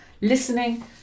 listening